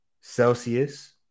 Celsius